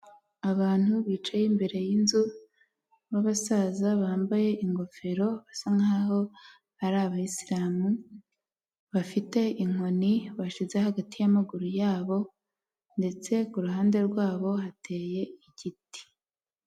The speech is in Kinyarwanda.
Abantu bicaye imbere y'inzu babasaza bambaye ingofero basa nkaho ari abayisilamu, bafite inkoni bashi hagati yamaguru yabo ndetse kuhande rwabo hateye igiti.